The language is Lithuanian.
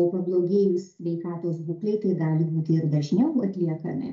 o pablogėjus sveikatos būklei tai gali būti ir dažniau atliekami